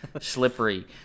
slippery